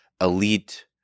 elite